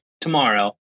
tomorrow